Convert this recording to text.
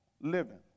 living